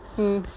mm